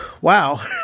Wow